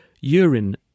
urine